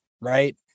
right